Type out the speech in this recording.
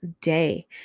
day